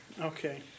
Okay